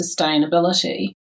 sustainability